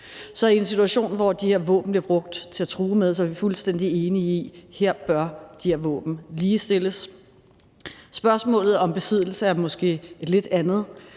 Så i en situation, hvor de her våben bliver brugt til at true med, er vi fuldstændig enige i, at de her våben bør ligestilles. Spørgsmålet om besiddelse af dem er måske noget lidt andet,